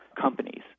companies